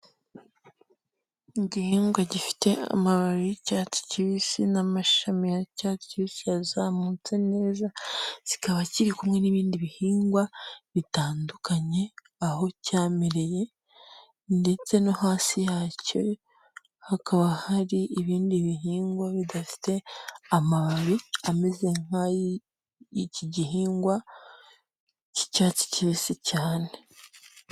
Igihingwa gifite amababi y'icyatsi kibisi n'amashami ay'icyatsi kibisi yazamutse neza kikaba kiri kumwe n'ibindi bihingwa bitandukanye ,aho cyamereye ndetse no hasi yacyo hakaba hari ibindi bihingwa bidafite amababi ameze nkayiki gihingwa cy'icyatsi kibisi cyane.